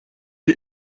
die